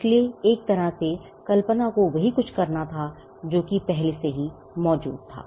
इसलिए एक तरह से कल्पना को वही कुछ करना था जो कि पहले से ही मौजूद था